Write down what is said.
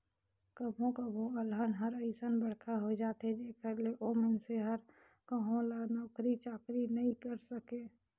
कभो कभो अलहन हर अइसन बड़खा होए जाथे जेखर ले ओ मइनसे हर कहो ल नउकरी चाकरी नइ करे सके